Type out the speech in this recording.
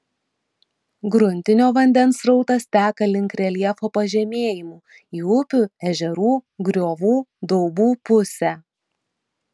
gruntinio vandens srautas teka link reljefo pažemėjimų į upių ežerų griovų daubų pusę